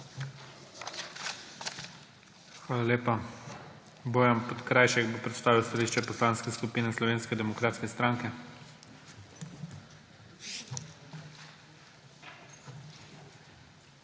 Hvala lepa. Bojan Podkrajšek bo predstavil stališče Poslanske skupine Slovenske demokratske stranke.